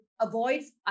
avoids